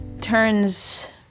turns